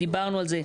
דיברנו על זה,